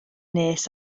nes